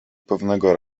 pewnego